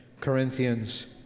Corinthians